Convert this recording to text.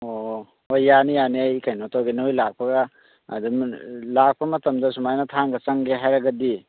ꯑꯣ ꯍꯣꯏ ꯌꯥꯅꯤ ꯌꯥꯅꯤ ꯑꯩ ꯀꯩꯅꯣ ꯇꯧꯒꯦ ꯅꯣꯏ ꯂꯥꯛꯄꯒ ꯑꯗꯨꯝ ꯂꯥꯛꯄ ꯃꯇꯝꯗ ꯁꯨꯃꯥꯏꯅ ꯊꯥꯡꯒ ꯆꯪꯒꯦ ꯍꯥꯏꯔꯒꯗꯤ